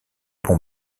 bon